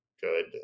Good